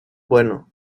bueno